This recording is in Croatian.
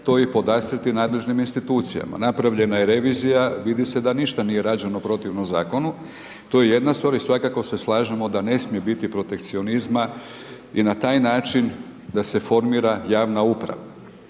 to i podastirati nadležnim institucijama. Napravljena je revizija, vidi se da ništa nije rađeno protivnom zakonu, to je jedna stvar i svakako se slažemo da ne smije biti protekcionizma i na taj način da se formira javna uprava.